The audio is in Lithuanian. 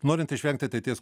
norint išvengti ateities